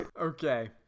okay